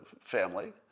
family